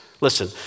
Listen